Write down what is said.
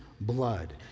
blood